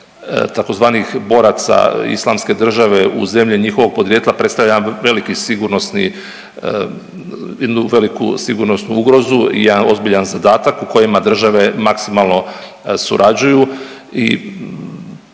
tzv. boraca Islamske države u zemlje njihovog podrijetla predstavlja jedan veliki sigurnosni, jednu veliku sigurnosnu ugrozu i jedan ozbiljan zadatak u kojima države maksimalno surađuju